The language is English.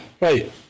Right